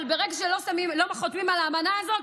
ברגע שלא חותמים על האמנה הזאת,